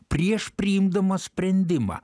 prieš priimdamas sprendimą